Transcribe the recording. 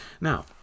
Now